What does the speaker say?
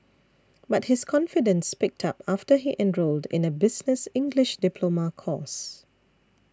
but his confidence picked up after he enrolled in a business English diploma course